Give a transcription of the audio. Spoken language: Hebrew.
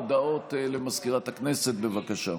הודעות למזכירת הכנסת, בבקשה.